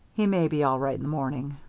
he may be all right in the morning.